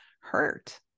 hurt